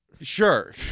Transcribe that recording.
Sure